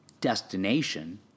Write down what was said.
destination